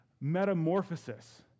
metamorphosis